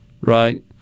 right